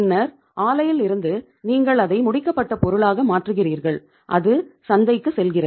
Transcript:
பின்னர் ஆலையில் இருந்து நீங்கள் அதை முடிக்கப்பட்ட பொருளாக மாற்றுகிறீர்கள் அது சந்தைக்கு செல்கிறது